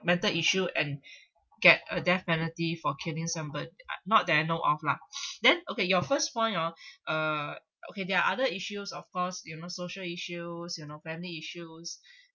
mental issue and get a death penalty for killing somebo~ ugh not that I know of lah then okay your first point oo uh okay there are other issues of course you know social issues you know family issues